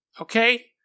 okay